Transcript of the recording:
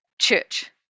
church